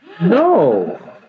No